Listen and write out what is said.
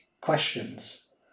questions